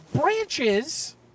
branches